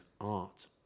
art